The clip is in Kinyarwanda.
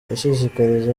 yashishikarije